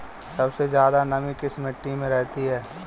सबसे ज्यादा नमी किस मिट्टी में रहती है?